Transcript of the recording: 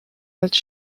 als